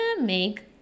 make